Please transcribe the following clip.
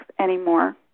anymore